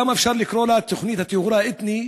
למה אפשר לקרוא לה "תוכנית הטיהור האתני"?